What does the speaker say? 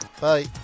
bye